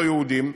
לא-יהודיים,